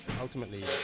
ultimately